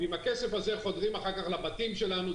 עם הכסף הזה חודרים אחר כך לבתים שלנו.